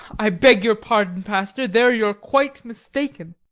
i beg your pardon, pastor there you're quite mistaken.